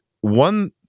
one